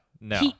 no